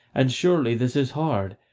and surely this is hard,